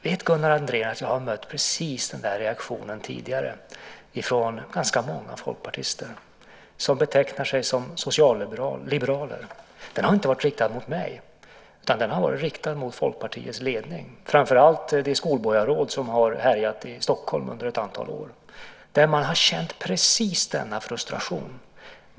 Vet Gunnar Andrén att jag har mött precis samma reaktion tidigare från ganska många folkpartister som betecknar sig som socialliberaler - inte riktad mot mig utan mot Folkpartiets ledning, framför allt mot det skolborgarråd som under ett antal år har härjat i Stockholm? Man har känt precis samma frustration.